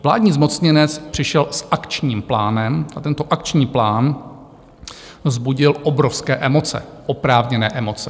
Vládní zmocněnec přišel s Akčním plánem a tento Akční plán vzbudil obrovské emoce, oprávněné emoce.